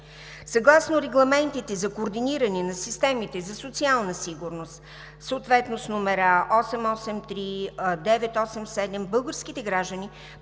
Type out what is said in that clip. Съгласно регламентите за координиране на системите за социална сигурност, съответно с номера 883, 987, българските граждани,